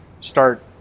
start